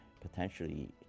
potentially